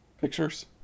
Pictures